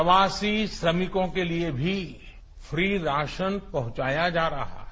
प्रवासी श्रमिकों को लिए भी फ्री राशन पहुंचाया जा रहा है